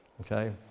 okay